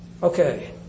Okay